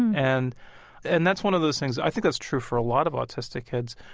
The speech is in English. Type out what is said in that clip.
and and that's one of those things i think that's true for a lot of autistic kids.